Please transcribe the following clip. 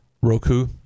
roku